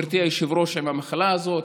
גברתי היושבת-ראש עם המחלה הזאת.